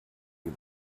you